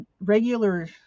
regular